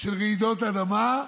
של רעידות אדמה?